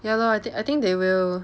ya lor I th~ I think they will